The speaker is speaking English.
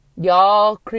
Y'all